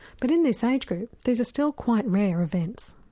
but in this age group these are still quite rare events.